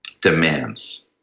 demands